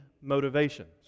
motivations